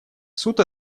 суд